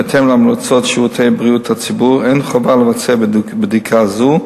בהתאם להמלצות שירותי בריאות הציבור אין חובה לבצע בדיקה זו,